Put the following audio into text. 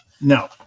No